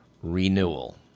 renewal